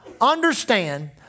understand